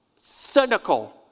cynical